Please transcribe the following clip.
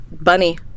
Bunny